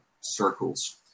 circles